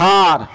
گار